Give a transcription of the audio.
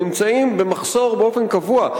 נמצאים במחסור באופן קבוע.